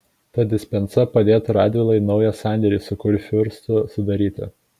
ta dispensa padėtų radvilai naują sandėrį su kurfiurstu sudaryti